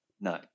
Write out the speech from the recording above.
No